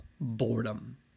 boredom